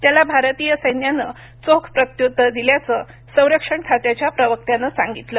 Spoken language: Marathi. त्याला भारतीय सैन्यानं चोख प्रत्युत्तर दिल्याचं संरक्षण खात्याच्या प्रवक्त्यानं सांगितलं